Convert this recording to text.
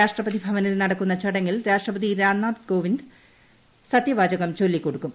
രാഷ്ട്രപതി ഭവനിൽ നടക്കുന്ന ചടങ്ങിൽ രാഷ്ട്രപതി രാംനാഥ് ഗോവിന്ദ് സത്യവാചകം ചൊല്ലിക്കൊടുക്കും